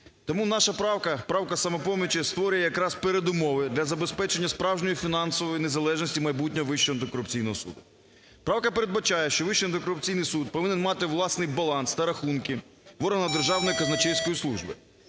Тому наша правка, правка "Самопомочі", створює якраз передумови для забезпечення справжньої фінансової незалежності майбутнього Вищого антикорупційного суду. Правка передбачає, що Вищий антикорупційний суд повинен мати власний баланс та рахунки в органах Державної казначейської служби.